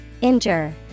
injure